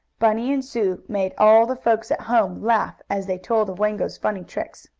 bunny and sue made all the folks at home laugh, as they told of wango's funny tricks.